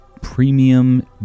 premium